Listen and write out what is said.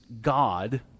God